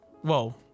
Whoa